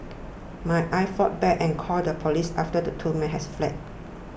my Aye fought back and called the police after the two men had fled